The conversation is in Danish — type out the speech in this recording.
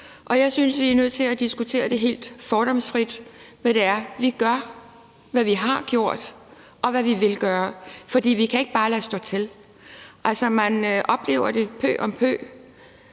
Jeg synes, vi er nødt til at diskutere helt fordomsfrit, hvad det er, vi gør, hvad vi har gjort, og hvad vi vil gøre. For vi kan ikke bare lade stå til. Altså, man oplever, at det sker pø